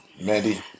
Mandy